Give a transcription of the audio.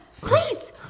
Please